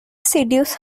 seduce